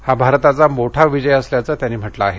हा भारताचा मोठा विजय असल्याचं त्यांनी म्हटलं आहे